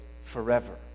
forever